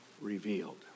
revealed